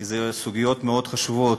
כי אלה סוגיות מאוד חשובות.